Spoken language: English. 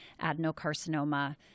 adenocarcinoma